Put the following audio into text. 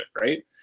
right